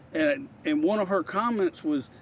and and one of her comments was,